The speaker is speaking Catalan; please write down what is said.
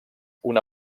una